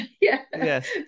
Yes